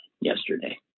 yesterday